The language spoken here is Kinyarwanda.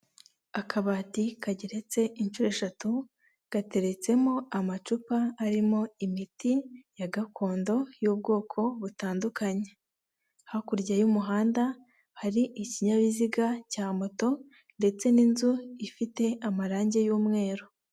Akabati kageretse inshuro eshatu gateretsemo amacupa arimo imiti ya gakondo y'ubwoko butandukanye hakurya y'umuhanda hari ikinyabiziga cya moto ndetse n'inzu ifite amarangi y'umweru.